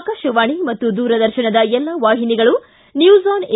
ಆಕಾಶವಾಣಿ ಮತ್ತು ದೂರದರ್ಶನದ ಎಲ್ಲಾ ವಾಹಿನಿಗಳು ನ್ಯೂಸ್ ಆನ್ ಎ